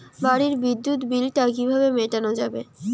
বাড়ির বিদ্যুৎ বিল টা কিভাবে মেটানো যাবে?